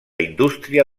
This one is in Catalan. indústria